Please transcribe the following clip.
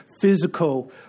physical